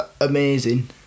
amazing